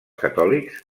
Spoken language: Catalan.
catòlics